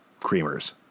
creamers